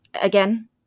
Again